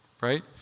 right